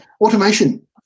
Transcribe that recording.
Automation